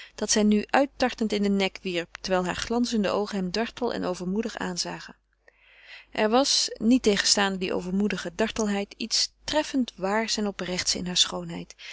dat zij nu uittartend in den nek wierp terwijl hare glanzende oogen hem dartel en overmoedig aanzagen er was niettegenstaande die overmoedige dartelheid iets treffend waars en oprechts in hare schoonheid